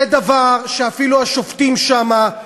זה דבר שאפילו השופטים שם,